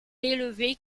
élevé